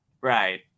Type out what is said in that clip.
Right